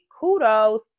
kudos